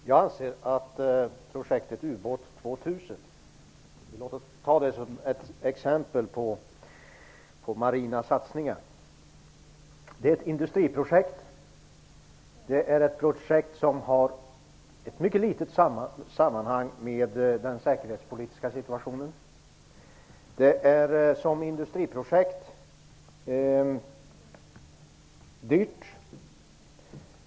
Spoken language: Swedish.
Fru talman! Låt mig peka på projektet ubåt 2000 som ett exempel på våra marina satsningar. Jag anser att det är ett industriprojekt som har mycket litet samband med den säkerhetspolitiska situationen. Det är som industriprojekt dyrt.